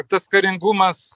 tas karingumas